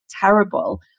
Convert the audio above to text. terrible